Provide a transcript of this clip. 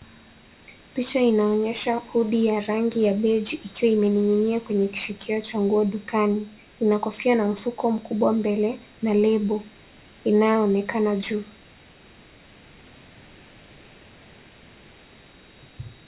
Picha inaonyesha hoodie ya rangi ya beige ikiwa imeninginia kwenye kishikio cha nguo dukani inakofia na mfuko mkubwa mbele na label inayoonekana juu.